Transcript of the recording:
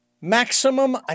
Maximum